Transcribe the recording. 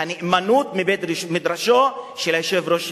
הנאמנות מבית-מדרשו של יושב-ראש